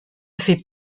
fait